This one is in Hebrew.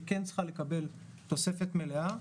שכן צריכה לקבל תוספת מלאה.